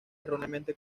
erróneamente